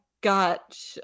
got